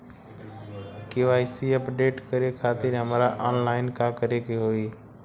KYC update करे खातिर हमरा ऑनलाइन का करे के होई?